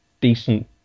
decent